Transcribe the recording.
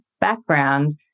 background